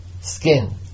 skin